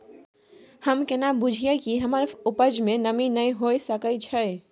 हम केना बुझीये कि हमर उपज में नमी नय हुए सके छै?